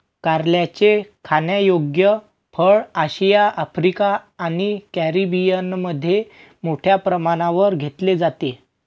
कारल्याचे खाण्यायोग्य फळ आशिया, आफ्रिका आणि कॅरिबियनमध्ये मोठ्या प्रमाणावर घेतले जाते